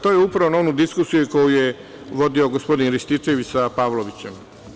To je upravo ona diskusija koju je vodio gospodin Rističević sa Pavlovićem.